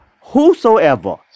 whosoever